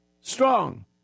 strong